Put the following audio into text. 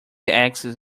access